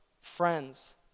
friends